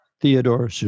Theodore